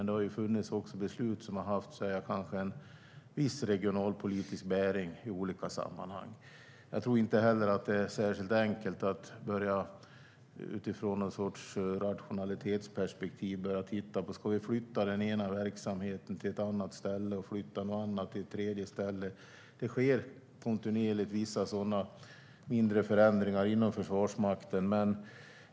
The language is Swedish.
Det har ju funnits beslut som har haft en viss regionalpolitisk bäring i olika sammanhang. Jag tror inte heller att det är särskilt enkelt att utifrån ett rationalitetsperspektiv börja fråga sig om man ska flytta en viss verksamhet till ett annat ställe och flytta något annat till ett tredje ställe. Det sker kontinuerligt vissa sådana mindre förändringar inom Försvarsmakten.